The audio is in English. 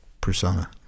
persona